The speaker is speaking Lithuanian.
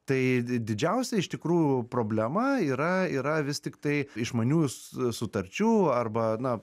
tai di didžiausia iš tikrųjų problema yra yra vis tiktai išmanių sutarčių arba na